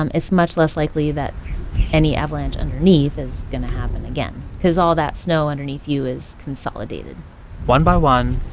um it's much less likely that any avalanche underneath is going to happen again because all that snow underneath you is consolidated one by one,